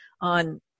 on